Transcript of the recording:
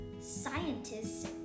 scientists